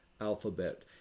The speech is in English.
alphabet